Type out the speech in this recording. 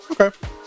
Okay